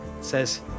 says